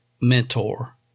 mentor